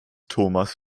thomas